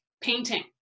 painting